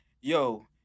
yo